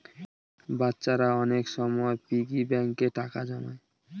বাচ্চারা অনেক সময় পিগি ব্যাঙ্কে টাকা জমায়